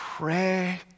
Pray